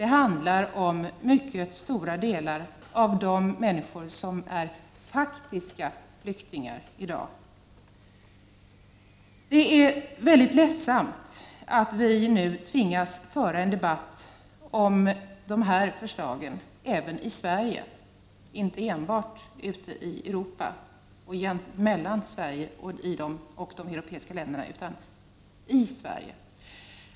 Det handlar till mycket stor del om människor som är faktiska flyktingar. Det är mycket ledsamt att vi nu tvingas föra en debatt om dessa förslag även i Sverige och att diskussionen alltså inte förs enbart ute i Europa eller mellan Sverige och övriga europeiska länder.